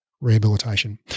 Rehabilitation